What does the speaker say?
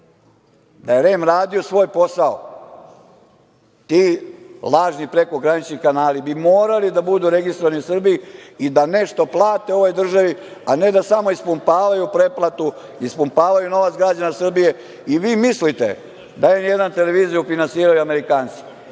je REM radio svoj posao ti lažni prekogranični kanali bi morali da budu registrovani u Srbiji i da nešto plate ovoj državi, a ne da samo ispumpavaju pretplatu, ispumpavaju novac građana Srbije. I, vi mislite da „N1“ televiziju finansiraju Amerikanci.